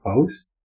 post